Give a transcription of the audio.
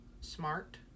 smart